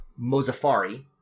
Mozafari